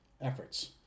Efforts